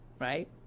right